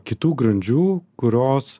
kitų grandžių kurios